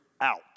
out